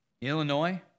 Illinois